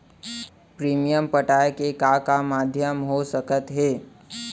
Premium पटाय के का का माधयम हो सकत हे?